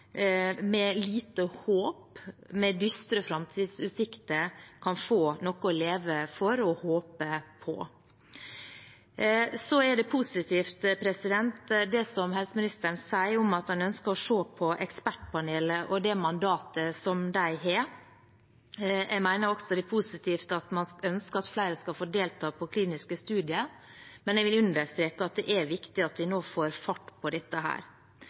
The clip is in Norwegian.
med lite håp og med dystre framtidsutsikter kan få noe å leve for og håpe på. Det er positivt, det helseministeren sier om at han ønsker å se på ekspertpanelet og det mandatet de har. Jeg mener også det er positivt at man ønsker at flere skal få delta i kliniske studier. Men jeg vil understreke at det er viktig at vi nå får fart på dette.